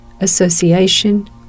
association